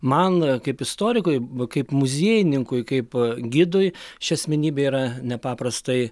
man kaip istorikui kaip muziejininkui kaip gidui ši asmenybė yra nepaprastai